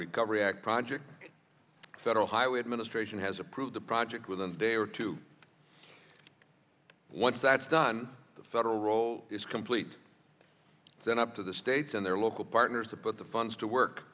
recovery act projects federal highway administration has approved the project within the day or two once that's done the federal role is complete then up to the states and their local partners to put the funds to work